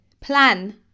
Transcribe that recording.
plan